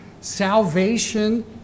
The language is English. salvation